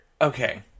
Okay